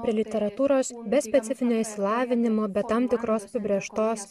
prie literatūros be specifinio išsilavinimo be tam tikros apibrėžtos